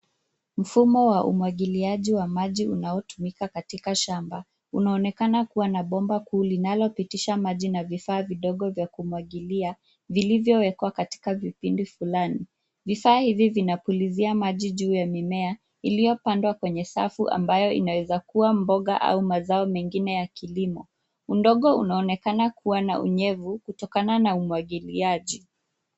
Mfumo wa umwagiliaji wa maji unaotumika katika shamba unaonekana kuwa na bomba kuu linalopitisha maji na vifaa vidogo vya kumwagilia vilivyowekwa katika vipindi fulani. Vifaa hivi vinapulizia maji katika mimea iliyopandwa kwenye safu ambayo inaweza kuwa mboga au mazao mengine ya kilimo. Udongo unaonekana kuwa na unyevu kutokana na umwagiliaji.